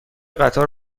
قطار